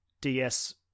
DS